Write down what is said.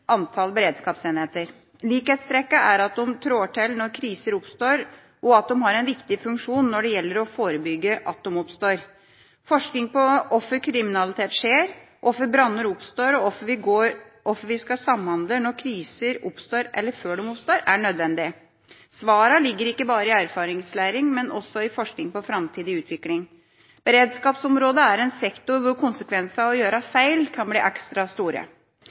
antall beredskapsenheter. Likhetstrekket er at de trår til når kriser oppstår, og at de har en viktig funksjon når det gjelder å forebygge at de oppstår. Forskning på hvorfor kriminalitet skjer, hvorfor branner oppstår, og hvordan vi skal samhandle når kriser oppstår, eller før de oppstår, er nødvendig. Svarene ligger ikke bare i erfaringslæring, men også i forskning på framtidig utvikling. Beredskapsområdet er en sektor hvor konsekvensene av å gjøre feil kan bli ekstra store.